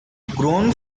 grown